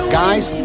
guys